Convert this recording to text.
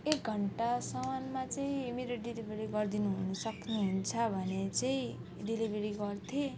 एक घन्टासम्ममा चाहिँ मेरो डेलिभरी गरिदिनु हुन सक्नुहुन्छ भनेदेखि चाहिँ डेलिभरी गर्थेँ